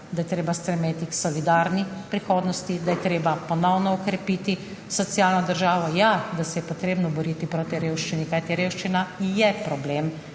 da je treba stremeti k solidarni prihodnosti, da je treba ponovno okrepiti socialno državo, ja, da se je potrebno boriti proti revščini. Kajti revščina je problem